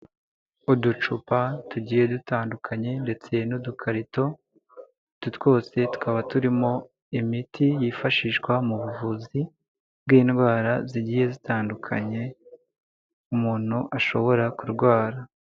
Uducupa tugiye dutandukanye ndetse n'udukaritoto twose tukaba turimo imiti yifashishwa mu buvuzi bw'indwara zigiye zitandukanye, umuntu ashobora kurwara.